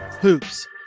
Hoops